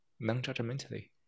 non-judgmentally